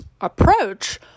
approach